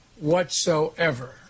whatsoever